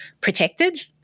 protected